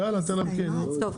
אני מבקשת זכות דיבור.